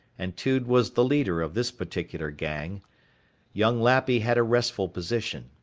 and tude was the leader of this particular gang young lappy had a restful position.